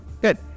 good